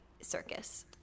circus